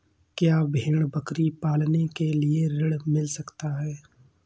क्या भेड़ बकरी पालने के लिए ऋण मिल सकता है?